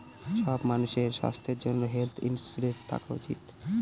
সব মানুষের স্বাস্থ্যর জন্য হেলথ ইন্সুরেন্স থাকা উচিত